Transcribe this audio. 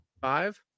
Five